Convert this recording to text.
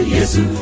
Yesu